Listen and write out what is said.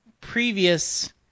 previous